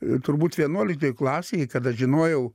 ir turbūt vienuoliktoj klasėj kada žinojau